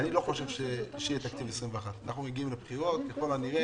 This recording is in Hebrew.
אני לא חושב שיהיה תקציב 2021. אנחנו מגיעים לבחירות ככל הנראה,